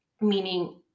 meaning